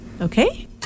okay